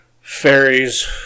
Fairies